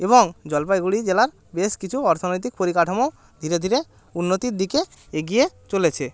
এবং জলপাইগুড়ি জেলার বেশ কিছু অর্থনৈতিক পরিকাঠামো ধীরে ধীরে উন্নতির দিকে এগিয়ে চলেছে